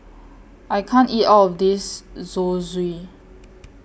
I can't eat All of This Zosui